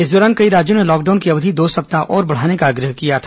इस दौरान कई राज्यों ने लॉकडाउन की अवधि दो सप्ताह और बढ़ाने का आग्रह किया था